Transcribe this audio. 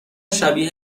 شبیه